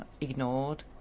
ignored